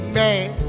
man